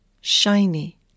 shiny